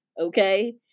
okay